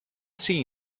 seen